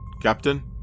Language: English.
Captain